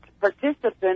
participant